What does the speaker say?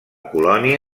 colònia